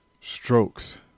Strokes